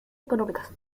económicas